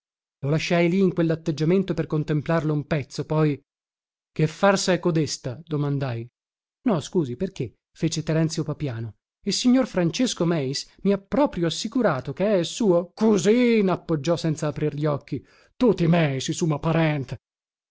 lo lasciai lì in quellatteggiamento per contemplarlo un pezzo poi che farsa è codesta domandai no scusi perché fece terenzio papiano il signor francesco meis mi ha proprio assicurato che è suo cusin appoggiò quegli senza aprir gli occhi tut i meis i sma parent